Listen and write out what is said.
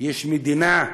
יש מדינה.